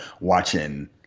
watching